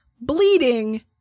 bleeding